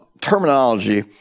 terminology